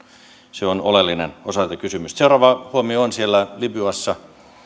se on oleellinen osa tätä kysymystä seuraava huomio on siellä libyassa